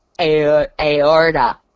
aorta